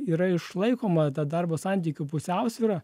yra išlaikoma ta darbo santykių pusiausvyra